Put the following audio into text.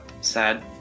sad